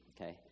okay